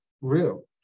real